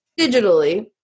digitally